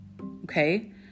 okay